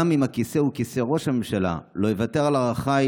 גם אם הכיסא הוא כיסא ראש הממשלה לא אוותר על ערכיי,